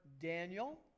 Daniel